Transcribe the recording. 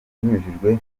binyujijwe